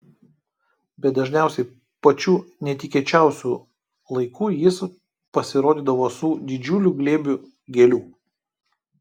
bet dažniausiai pačiu netikėčiausiu laiku jis pasirodydavo su didžiuliu glėbiu gėlių